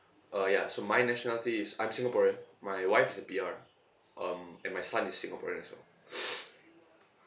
uh ya so my nationality is I'm singaporean my wife's a P_R um and my son is singaporean as well